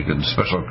special